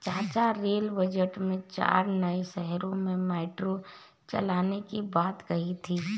चाचा rail budget में चार नए शहरों में मेट्रो चलाने की बात कही गई थी